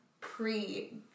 pre-